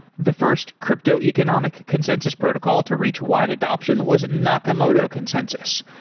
the first crypto economic consensus protocol to reach wide adoption was a nakamoto consensus.